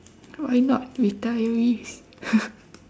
why not retirees